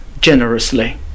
generously